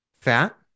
fat